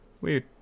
Weird